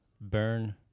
burn